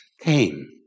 came